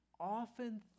often